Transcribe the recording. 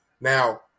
Now